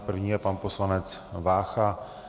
První je pan poslanec Vácha.